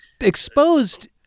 Exposed